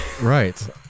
Right